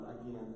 again